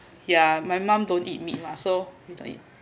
ya my mum don't eat meat mah so we don't eat